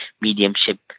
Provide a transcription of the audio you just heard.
mediumship